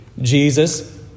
Jesus